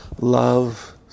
Love